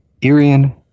Irian